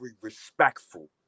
respectful